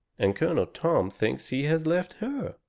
and colonel tom thinks he has left her.